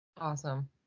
awesome